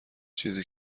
چیزی